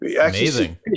Amazing